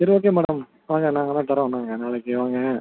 சரி okay madam வாங்க நாங்களே தரோம் நாங்கள் நாளைக்கு வாங்க